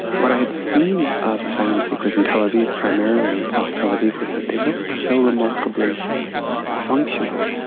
what i had seen of asylum seekers in tel aviv primarily, in south tel aviv, was that they looked so remarkably functional,